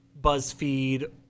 BuzzFeed